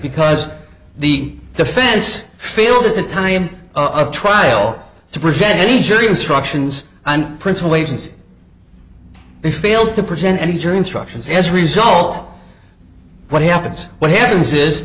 because the defense failed at the time of trial to present any jury instructions and principle agency has failed to present any jury instructions as a result what happens what happens